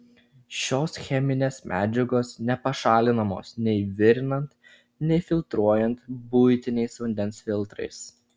šios cheminės medžiagos nepašalinamos nei virinant nei filtruojant buitiniais vandens filtrais